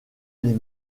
les